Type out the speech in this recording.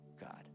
God